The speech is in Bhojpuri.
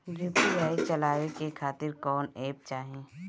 यू.पी.आई चलवाए के खातिर कौन एप चाहीं?